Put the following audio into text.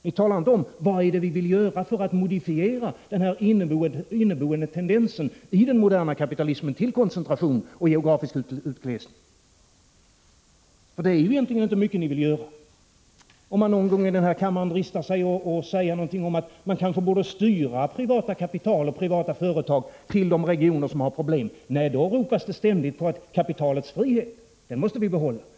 Ni talar inte om vad det är ni vill göra för att modifiera den inneboende tendensen i den moderna kapitalismen till Det är egentligen inte mycket ni vill göra. Om man någon gång i den här kammaren dristar sig till att säga något om att man kanske borde styra privat kapital och privata företag till de regioner som har problem, ropas det ständigt att kapitalets frihet måste vi behålla.